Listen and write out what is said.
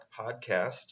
Podcast